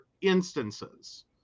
instances